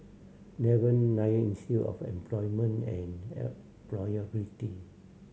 Devan Nair Institute of Employment and Employability